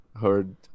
heard